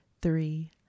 three